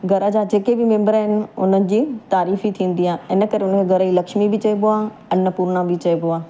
घर जा जेके बि मेम्बर आहिनि उन्हनि जी तारीफ़ ई थींदी आहे इन करे उन खे घर जी लक्ष्मी बि चइबो आहे अनपूर्णा बि चइबो आहे